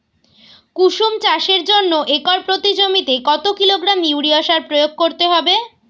কুসুম চাষের জন্য একর প্রতি জমিতে কত কিলোগ্রাম ইউরিয়া সার প্রয়োগ করতে হবে?